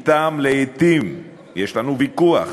שאתם לעתים יש לנו ויכוח,